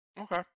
Okay